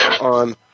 on